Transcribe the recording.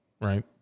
right